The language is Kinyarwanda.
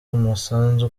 umusanzu